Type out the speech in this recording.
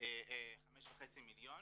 5.5 מיליון